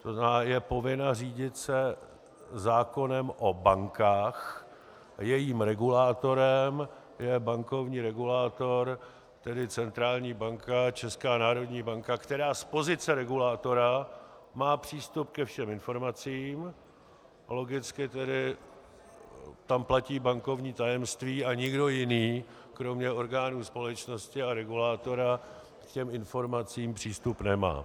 To znamená, je povinna řídit se zákonem o bankách, jejím regulátorem je bankovní regulátor, tedy centrální banka, Česká národní banka, která z pozice regulátora má přístup ke všem informacím, logicky tedy tam platí bankovní tajemství a nikdo jiný kromě orgánů společnosti a regulátora k těm informacím přístup nemá.